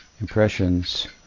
impressions